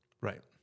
right